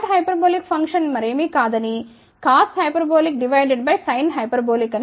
cot hyperbolic function ఏమీ కాదు కాని cos hyperbolic divided by sine hyperbolic